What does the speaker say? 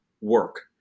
work